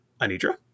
Anitra